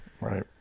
Right